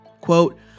Quote